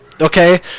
Okay